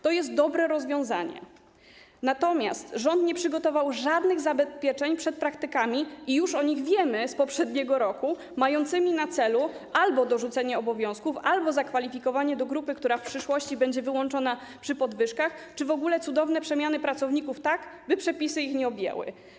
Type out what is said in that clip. To jest dobre rozwiązanie, natomiast rząd nie przygotował żadnych zabezpieczeń przed praktykami, które znamy już z poprzedniego roku, mającymi na celu albo dorzucenie obowiązków, albo zakwalifikowanie do grupy, która w przyszłości będzie wyłączona z otrzymywania podwyżek, czy w ogóle cudowne przemiany pracowników tak, by przepisy ich nie objęły.